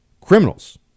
criminals